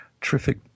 terrific